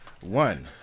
One